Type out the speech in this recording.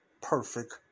perfect